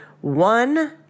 one